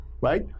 right